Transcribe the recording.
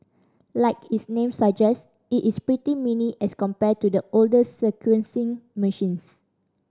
like its name suggest it is pretty mini as compared to the older sequencing machines